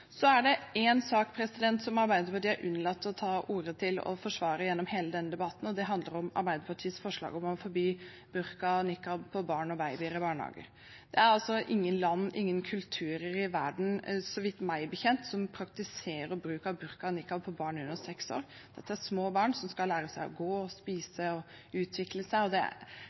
er en sak som Arbeiderpartiet har unnlatt å ta til orde for og forsvare gjennom hele denne debatten, og det handler om Arbeiderpartiets forslag om å forby burka og nikab på babyer og barn i barnehager. Det er ingen land og kulturer i verden, så vidt meg bekjent, som praktiserer bruk av burka og nikab på barn under seks år. Dette er små barn, som skal lære seg å gå og spise og utvikle seg, og